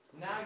Now